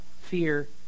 fear